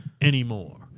anymore